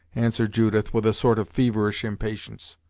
answered judith with a sort of feverish impatience.